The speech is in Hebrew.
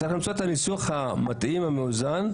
צריך למצוא את הניסוח המתאים, המאוזן,